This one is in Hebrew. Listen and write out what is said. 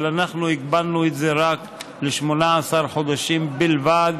אבל אנחנו הגבלנו את זה ל-18 חודשים בלבד,